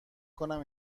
کنم